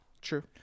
true